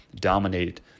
dominate